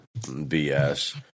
BS